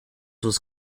was